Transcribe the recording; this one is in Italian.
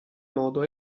modo